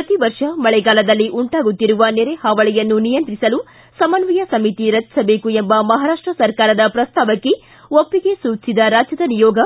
ಪ್ರತಿವರ್ಷ ಮಳೆಗಾಲದಲ್ಲಿ ಉಂಟಾಗುತ್ತಿರುವ ನೆರೆಹಾವಳಿಯನ್ನು ನಿಯಂತ್ರಿಸಲು ಸಮನ್ವಯ ಸಮಿತಿ ರಚಿಸಬೇಕು ಎಂಬ ಮಹಾರಾಷ್ಟ ಸರ್ಕಾರದ ಪ್ರಸ್ತಾವಕ್ಕೆ ಒಪ್ಪಿಗೆ ಸೂಚಿಸಿದ ರಾಜ್ಯದ ನಿಯೋಗ